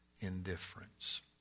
indifference